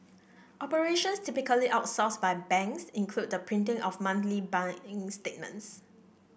operations typically outsourced by banks include the printing of monthly bank in statements